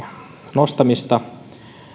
nostamista